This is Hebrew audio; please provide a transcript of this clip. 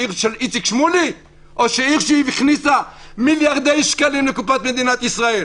עיר של איציק שמולי או עיר שהכניסה מיליארדי שקלים לקופת מדינת ישראל?